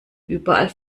überall